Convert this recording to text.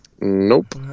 Nope